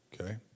Okay